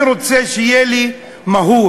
אני רוצה שתהיה לי מהות,